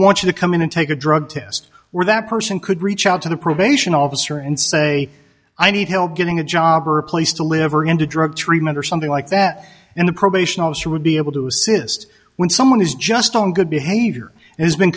want to come in and take a drug test where that person could reach out to the probation officer and say i need help getting a job or a place to live or into drug treatment or something like that and i'm probation officer would be able to assist when someone is just on good behavior and has been